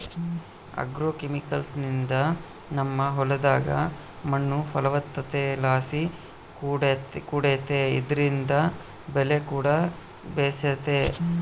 ಆಗ್ರೋಕೆಮಿಕಲ್ಸ್ನಿಂದ ನಮ್ಮ ಹೊಲದಾಗ ಮಣ್ಣು ಫಲವತ್ತತೆಲಾಸಿ ಕೂಡೆತೆ ಇದ್ರಿಂದ ಬೆಲೆಕೂಡ ಬೇಸೆತೆ